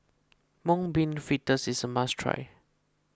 Mung Bean Fritters is a must try